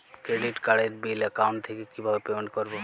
Credit কার্ডের bill account থেকে কিভাবে পেমেন্ট করবো?